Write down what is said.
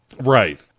Right